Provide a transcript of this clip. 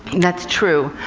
that's true.